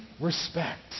respect